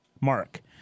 Mark